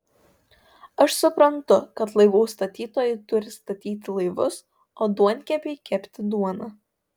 aš suprantu kad laivų statytojai turi statyti laivus o duonkepiai kepti duoną